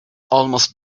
almost